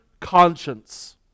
conscience